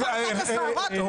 מתי נחשפה פרשת הסוהרות, לא היית.